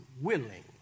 willing